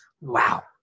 Wow